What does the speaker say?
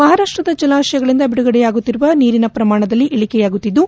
ಮಹಾರಾಷ್ಷದ ಜಲಾಶಯಗಳಿಂದ ಬಿಡುಗಡೆಯಾಗುತ್ತಿರುವ ನೀರಿನ ಪ್ರಮಾಣದಲ್ಲಿ ಇಳಿಕೆಯಾಗುತ್ತಿದ್ದು